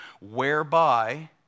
whereby